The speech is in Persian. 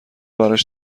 براش